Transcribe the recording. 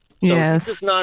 Yes